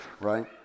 right